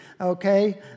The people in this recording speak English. Okay